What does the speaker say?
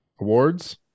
awards